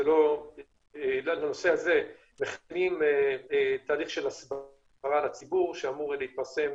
אנחנו נמצאים בתהליך של הסדרה לציבור שאמור להתפרסם.